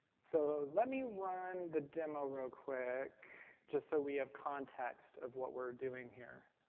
so let me run the demo real quick just so we have context of what we're doing here.